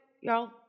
y'all